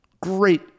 Great